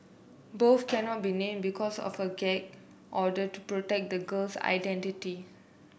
both cannot be name because of a gag order to protect the girl's identity